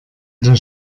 der